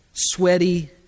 sweaty